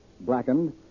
blackened